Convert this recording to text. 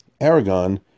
Aragon